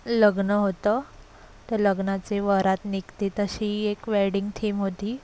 लग्न होतं तर लग्नाचे वरात निघते तशी एक वेडिंग थिम होती